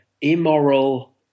immoral